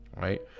Right